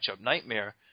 nightmare